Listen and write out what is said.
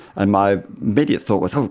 and my immediate thought was,